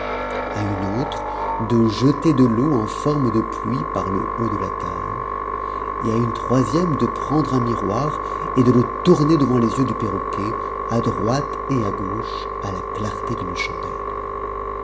à une autre de jeter de l'eau en forme de pluie par le haut de la cage et à une troisième de prendre un miroir et de le tourner devant les yeux du perroquet à droite et à gauche à la clarté d'une chandelle